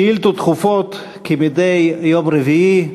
שאילתות דחופות, כמדי יום רביעי.